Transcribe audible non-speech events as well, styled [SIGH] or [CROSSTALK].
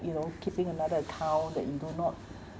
you know keeping another account that you do not [BREATH]